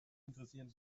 interessieren